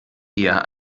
eher